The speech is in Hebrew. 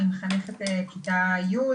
אני מחנכת כיתה י',